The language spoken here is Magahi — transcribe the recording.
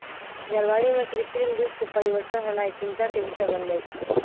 जलवायु में कृत्रिम रूप से परिवर्तन होनाइ चिंता के विषय बन जाइ छइ